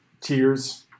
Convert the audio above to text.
tears